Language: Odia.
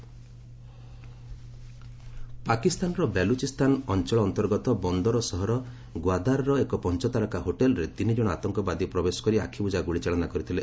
ପାକ୍ ସୁଟ୍ଆଉଟ୍ ପାକିସ୍ତାନର ବେଲୁଚିସ୍ତାନ ଅଞ୍ଚଳ ଅନ୍ତର୍ଗତ ବନ୍ଦର ସହର ଗ୍ୱାଦାରର ଏକ ପଞ୍ଚତାରକା ହୋଟେଲ୍ରେ ତିନିଜଣ ଆତଙ୍କବାଦୀ ପ୍ରବେଶ କରି ଆଖିବୁଜା ଗୁଳିଚାଳନା କରିଥିଲେ